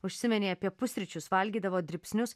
užsiminei apie pusryčius valgydavot dribsnius